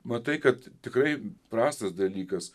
matai kad tikrai prastas dalykas